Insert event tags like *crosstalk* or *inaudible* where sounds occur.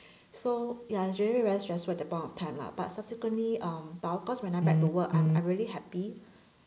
*breath* so ya actually very stressful at the point of time lah but subsequently um but of course when I'm back to work I'm really happy